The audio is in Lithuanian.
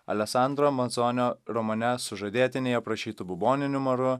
alesandro mandzonio romane sužadėtiniai aprašytu buboniniu maru